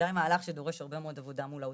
ובוודאי מהלך שדורש הרבה מאוד עבודה מול האוצר.